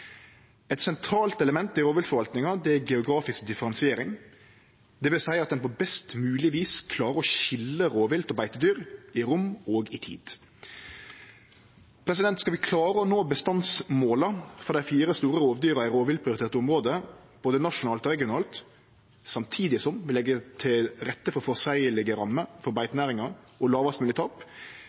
sentralt element i rovviltforvaltninga er geografisk differensiering, dvs. at ein på best mogeleg vis klarer å skilje rovvilt og beitedyr i rom og tid. Skal vi klare å nå bestandsmåla for dei fire store rovdyra i rovviltprioriterte område, både nasjonalt og regionalt, samtidig som vi legg til rette for føreseielege rammer for beitenæringa og lågast moglege tap,